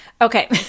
Okay